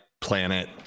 planet